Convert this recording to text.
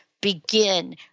begin